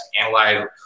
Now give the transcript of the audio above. analyze